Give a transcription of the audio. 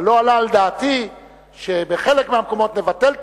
אבל לא עלה על דעתי שבחלק מהמקומות נבטל את